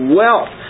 wealth